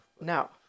No